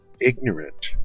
ignorant